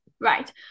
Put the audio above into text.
right